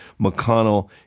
McConnell